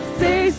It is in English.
say